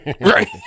Right